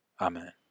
Amen